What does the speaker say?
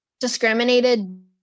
discriminated